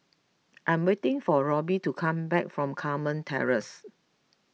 I'm waiting for Robby to come back from Carmen Terrace